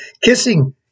Kissing